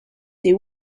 they